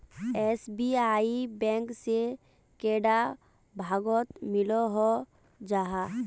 SBI bank से कैडा भागोत मिलोहो जाहा?